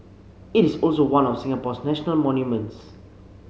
it is also one of Singapore's national monuments